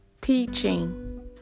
Teaching